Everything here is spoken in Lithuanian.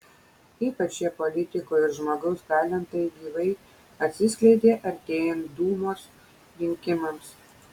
ypač šie politiko ir žmogaus talentai gyvai atsiskleidė artėjant dūmos rinkimams